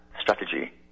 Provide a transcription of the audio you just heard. strategy